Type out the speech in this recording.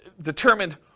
determined